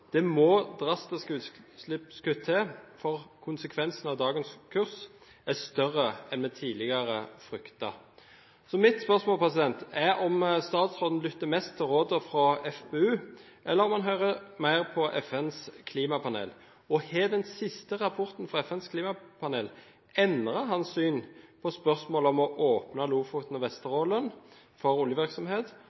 Det må drastiske utslippskutt til, for konsekvensen av dagens kurs er større enn vi tidligere fryktet. Mitt spørsmål er om statsråden lytter mest til rådene fra FpU, eller om han hører mer på FNs klimapanel? Har den siste rapporten fra FNs klimapanel endret hans syn på spørsmålet om å åpne Lofoten og Vesterålen for oljevirksomhet,